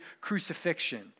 crucifixion